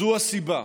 זו הסיבה